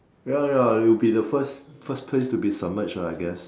ya ya it will be the first first place to be submerged lah I guess